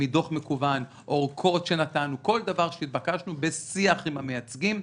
מדוח מקוון או קוד שנתנו כל דבר שהתבקשנו בשיח עם המייצגים,